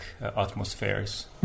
atmospheres